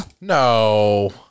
No